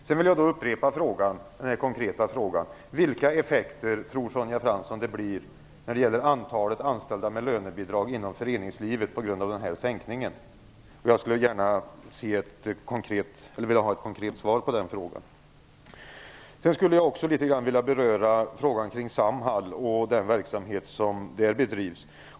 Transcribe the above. Jag vill sedan upprepa den konkreta frågan om vilka effekter Sonja Fransson tror att sänkningen får när det gäller antalet anställda med lönebidrag inom föreningslivet. Jag vill gärna ha ett konkret svar på frågan. Jag vill också litet grand beröra frågan om Samhall och den verksamhet som där bedrivs.